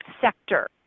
sector